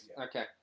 Okay